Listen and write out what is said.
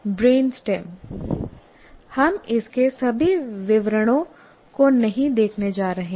brain stem हम इसके सभी विवरणों को नहीं देखने जा रहे हैं